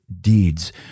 deeds